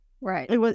Right